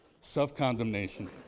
Self-condemnation